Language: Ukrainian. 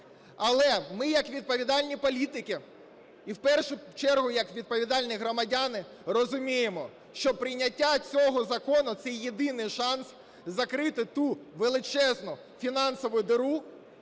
Але ми як відповідальні політики, і в першу чергу як відповідальні громадяни, розуміємо, що прийняття цього закону це єдиний шанс закрити ту величезну фінансову діру,